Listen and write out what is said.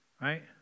right